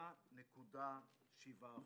ב-3.7%.